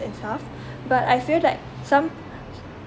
and stuff but I feel like some